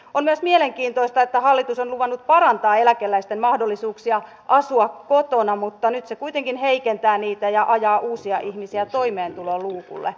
on myös mielenkiintoista että hallitus on luvannut parantaa eläkeläisten mahdollisuuksia asua kotona mutta nyt se kuitenkin heikentää niitä ja ajaa uusia ihmisiä toimeentuloluukulle